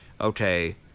okay